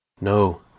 No